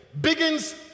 begins